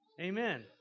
Amen